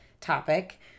topic